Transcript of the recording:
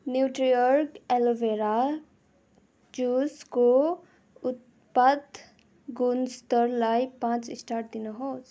Nutriorg aloe vera जुसको उत्पात गुणस्तरलाई पाँच स्टार दिनुहोस्